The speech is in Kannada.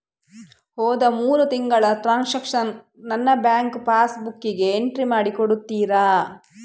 ಹೋದ ಮೂರು ತಿಂಗಳ ಟ್ರಾನ್ಸಾಕ್ಷನನ್ನು ನನ್ನ ಬ್ಯಾಂಕ್ ಪಾಸ್ ಬುಕ್ಕಿಗೆ ಎಂಟ್ರಿ ಮಾಡಿ ಕೊಡುತ್ತೀರಾ?